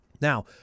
Now